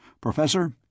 Professor